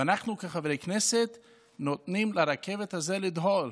ואנחנו כחברי כנסת נותנים לרכבת הזו לדהור.